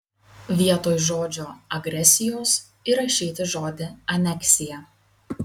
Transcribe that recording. vietoj žodžio agresijos įrašyti žodį aneksija